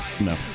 No